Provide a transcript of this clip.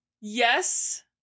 yes